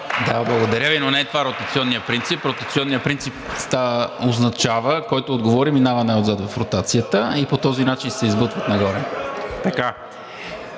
Благодаря Ви, но не е това ротационният принцип. Ротационният принцип означава, който отговори, минава най-отзад в ротацията и по този начин се избутват нагоре.